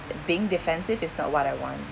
being defensive is not what I want